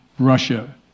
Russia